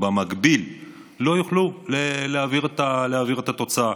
במקביל לא יוכלו להעביר את התוצאה.